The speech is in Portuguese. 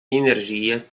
energia